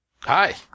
Hi